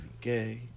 gay